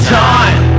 time